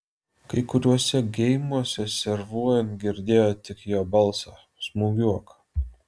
kai kuriuose geimuose servuojant girdėjo tik jo balsą smūgiuok